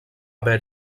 haver